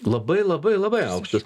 labai labai labai aukštas